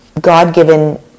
God-given